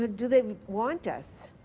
do they want us?